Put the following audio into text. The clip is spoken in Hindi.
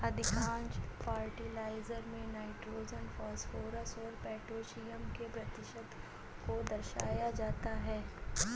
अधिकांश फर्टिलाइजर में नाइट्रोजन, फॉस्फोरस और पौटेशियम के प्रतिशत को दर्शाया जाता है